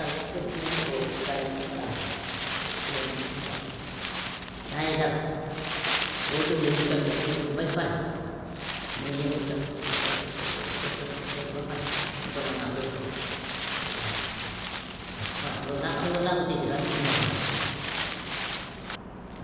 Dal du nekk fu periode bu ne mu dal ma, beneen ma ne ko tëddaat foofu. Da lay dal, boo jógee yii def ko dukk dukk bay pare nga jéem a cof, nga cof, nga cof, nga cof, nga cof ba pare nga doog a naan vimto waa waa loolu daal xam loolu laa ko déggee daal man gisuma ko nag.